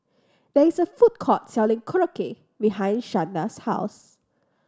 there is a food court selling Korokke behind Shanda's house